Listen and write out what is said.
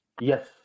Yes